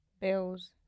bills